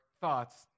thoughts